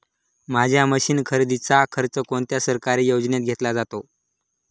माझ्या मशीन खरेदीचा खर्च कोणत्या सरकारी योजनेत घेतला जातो?